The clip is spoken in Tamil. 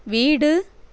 வீடு